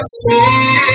say